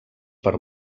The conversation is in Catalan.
per